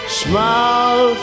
smile